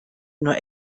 nur